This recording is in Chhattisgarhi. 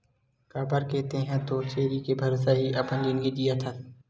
काबर के तेंहा तो छेरी के भरोसा ही अपन जिनगी जियत हस